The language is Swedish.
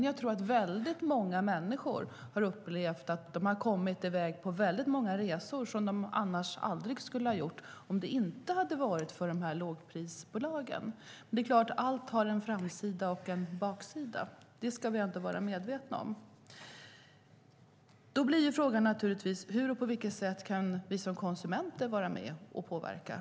Jag tror för min del att många människor upplever att de kommit i väg på många resor som de aldrig skulle ha gjort om det inte varit för lågprisbolagen. Det är klart att allt har en framsida och en baksida. Det ska vi vara medvetna om. Då blir frågan naturligtvis på vilket sätt vi som konsumenter kan vara med och påverka.